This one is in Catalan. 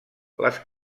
les